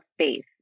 space